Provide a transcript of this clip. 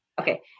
Okay